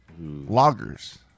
Loggers